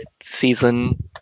season